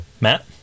Matt